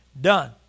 Done